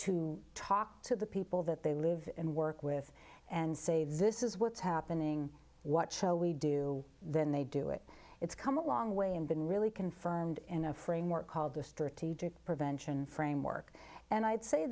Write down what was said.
to talk to the people that they live and work with and say this is what's happening what shall we do then they do it it's come a long way and been really confirmed in a framework called the strategic prevention framework and i'd say